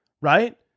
Right